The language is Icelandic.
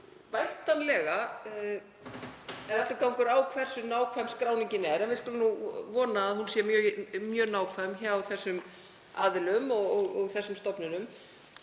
Væntanlega er allur gangur á því hversu nákvæm skráningin er, en við skulum vona að hún sé mjög nákvæm hjá þessum aðilum og stofnunum.